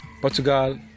Portugal